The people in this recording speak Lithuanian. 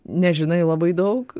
nežinai labai daug